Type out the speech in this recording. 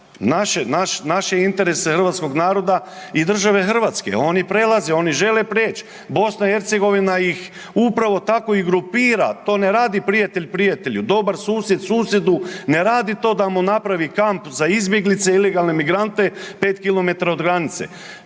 naše interese Hrvatskoga naroda i države Hrvatske. Oni prelaze, oni žele prijeći. Bosna i Hercegovina ih upravo tako i grupira. To ne radi prijatelj prijatelju, dobar susjed susjedu ne radi to da mu napravi kamp za izbjeglice, ilegalne emigrante 5 kilometara od granice.